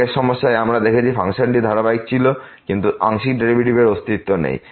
আগের সমস্যায় আমরা দেখেছি ফাংশনটি ধারাবাহিক ছিল কিন্তু আংশিক ডেরিভেটিভের অস্তিত্ব নেই